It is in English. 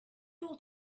all